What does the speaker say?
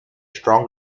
strong